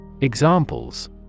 Examples